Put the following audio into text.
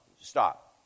stop